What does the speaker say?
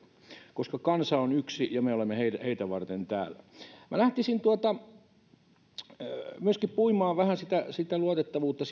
koska kansa on yksi ja me olemme heitä varten täällä minä lähtisin myöskin vähän puimaan sitä sitä luotettavuutta